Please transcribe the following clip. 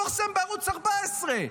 אחר יכול לפרסם בערוץ 14 .